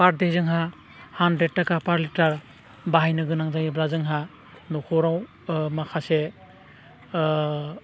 पार दे जोंहा हानद्रेद थाखा पार लिटार बाहायनो गोनां जायोब्ला जोंहा न'खराव माखासे